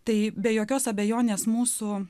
tai be jokios abejonės mūsų